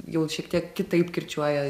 jau šiek tiek kitaip kirčiuoja